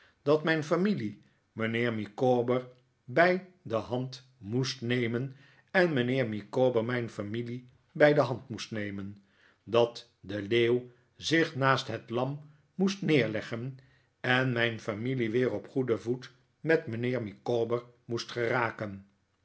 dat mijn familie mijnheer micawber bij de hand moest nemen en mijnheer micawber mijn familie bij de hand moest nemen dat de leeuw zich naast het lam moest neerleggen en mijn familie weer op goeden voet met mijnheer micawber moest geraken